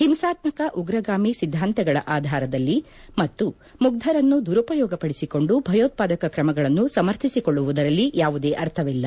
ಹಿಂಸಾತ್ಮಕ ಉಗ್ರಗಾಮಿ ಸಿದ್ದಾಂತಗಳ ಆಧಾರದಲ್ಲಿ ಮತ್ತು ಮುಗ್ದರನ್ನು ದುರುಪಯೋಗಪಡಿಸಿಕೊಂಡು ಭಯೋತ್ವಾದಕಕರಮಗಳನ್ನು ಸಮರ್ಥಿಸಿಕೊಳ್ಳುವುದರಲ್ಲಿ ಯಾವುದೇ ಅರ್ಥವಿಲ್ಲ